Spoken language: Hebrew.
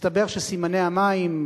מסתבר שסימני המים,